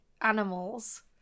animals